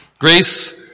Grace